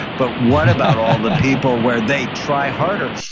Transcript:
but what about all the people where they try harder?